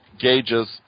gauges